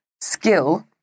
skill